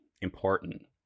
important